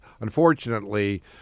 unfortunately